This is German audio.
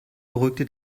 beruhigte